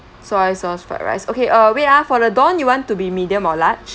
soy sauce fried rice okay uh wait ah for the don you want to be medium or large